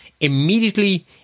Immediately